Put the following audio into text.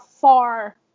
far